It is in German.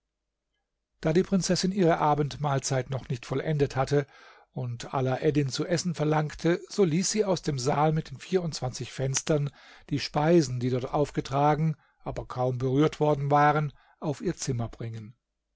da die prinzessin ihre abendmahlzeit noch nicht vollendet hatte und alaeddin zu essen verlangte so ließ sie aus dem saal mit den vierundzwanzig fenstern die speisen die dort aufgetragen aber kaum berührt worden waren auf ihr zimmer bringen